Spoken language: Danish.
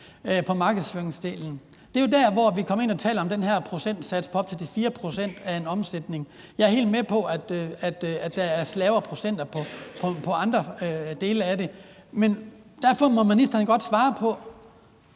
på markedsføringsdelen. Det er jo der, hvor vi taler om den her procentsats på op til 4 pct. af en omsætning. Jeg er helt med på, at der er lavere procenter på andre dele af det, men derfor må ministeren godt svare på,